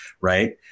right